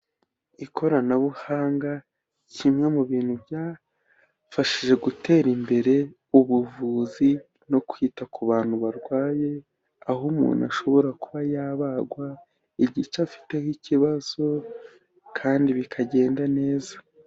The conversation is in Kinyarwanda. Ikoranabuhanga, kimwe mu bintu byafashije gutera imbere ubuvuzi no kwita ku bantu barwaye, aho umuntu ashobora kuba yabagwa igice afiteho ikibazo kandi bikagenda neza.